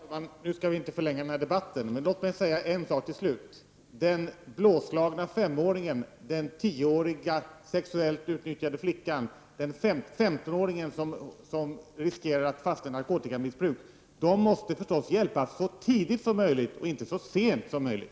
Herr talman! Vi skall inte förlänga den här debatten, men låt mig säga ytterligare en sak. Den blåslagna 5-åringen, den 10-åriga sexuellt utnyttjade flickan och 15-åringen, som riskerar att fastna i narkotikamissbruk, måste förstås hjälpas så tidigt som möjligt och inte så sent som möjligt.